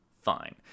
fine